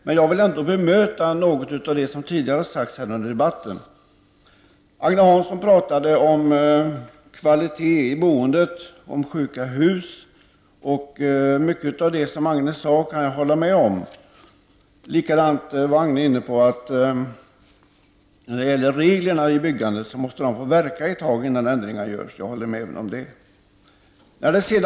Men jag vill ändå bemöta något av det som tidigare har sagts här under debatten. Agne Hansson talade om kvalitet i boendet och om sjuka hus. Mycket av det som han sade kan jag hålla med om. Agne Hansson sade också att reglerna i byggandet måste få verka ett tag innan ändringar görs. Jag håller med även om det.